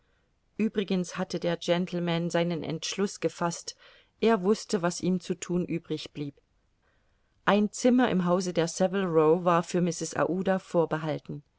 uebrigens hatte der gentleman seinen entschluß gefaßt er wußte was ihm zu thun übrig blieb ein zimmer im hause der saville row war für mrs aouda vorbehalten